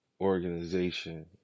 organization